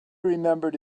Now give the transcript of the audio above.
remembered